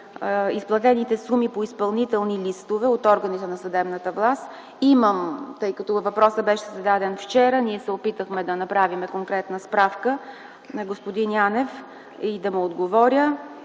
изплатените суми по изпълнителни листове от органите на съдебната власт, тъй като въпросът беше зададен вчера – ние се опитахме да направим конкретна справка на господин Янев и да му отговоря,